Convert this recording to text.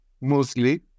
mostly